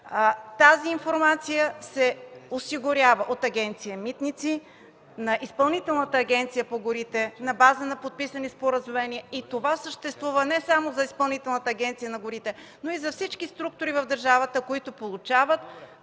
Информацията се осигурява от Агенция „Митници” на Изпълнителната агенция по горите на база на подписани споразумения и това съществува не само за Изпълнителната агенция по горите, но и за всички структури в държавата, които получават